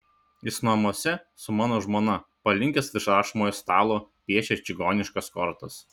jis namuose su mano žmona palinkęs virš rašomojo stalo piešia čigoniškas kortas